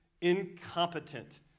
incompetent